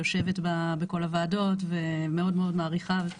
יושבת בכל הוועדות ומאוד מאוד מעריכה גם